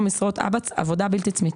תחום פעולה ותוכנית,